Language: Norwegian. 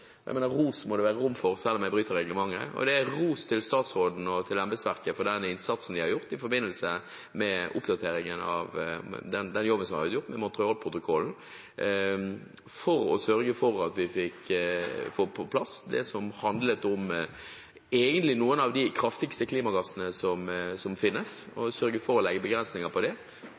til statsråden og til embetsverket for den innsatsen og den jobben som har vært gjort i forbindelse med Montrealprotokollen, for å sørge for at vi fikk på plass begrensninger av det som egentlig handlet om noen av de kraftigste klimagassene som finnes. Så er rosen gitt, og da er det slutt på reglementsbruddet. Også jeg vil avslutte slik Marit Arnstad gjorde, ved å